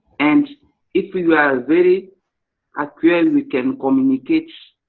and if we were ah very ah clear we can communicate,